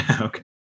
Okay